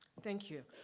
thank you.